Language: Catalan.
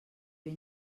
ben